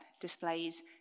displays